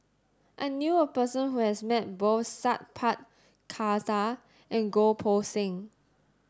I knew a person who has met both Sat Pal Khattar and Goh Poh Seng